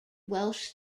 welsh